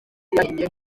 yagiye